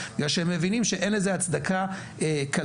זה בגלל שהם מבינים שאין לזה הצדקה כלכלית,